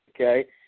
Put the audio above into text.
Okay